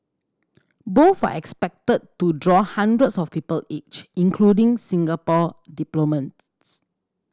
both are expected to draw hundreds of people each including Singapore